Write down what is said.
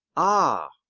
ah!